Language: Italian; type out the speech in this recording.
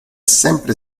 sempre